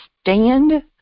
stand